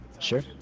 Sure